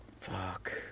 Fuck